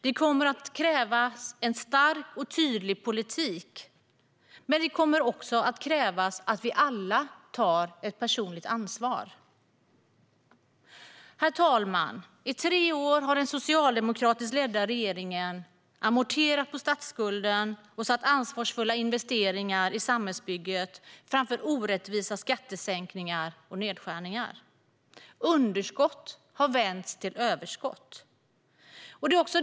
Det kommer att krävas en stark och tydlig politik men också att vi alla tar ett personligt ansvar. Herr talman! I tre år har den socialdemokratiskt ledda regeringen amorterat på statsskulden och satt ansvarsfulla investeringar i samhällsbygget framför orättvisa skattesänkningar och nedskärningar. Underskott har vänts till överskott.